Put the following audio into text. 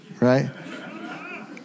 right